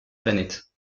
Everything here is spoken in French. planète